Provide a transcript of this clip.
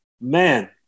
man